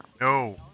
No